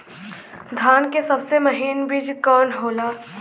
धान के सबसे महीन बिज कवन होला?